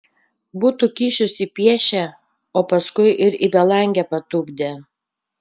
būtų kyšius įpiešę o paskui ir į belangę patupdę